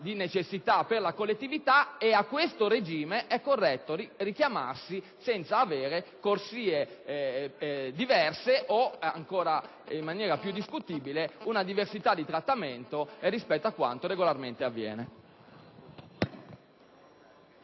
di necessità per la collettività e a questo regime è corretto richiamarsi senza avere corsie diverse o, in maniera ancora più discutibile, una diversità di trattamento rispetto a quanto regolarmente avviene.